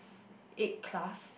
eight class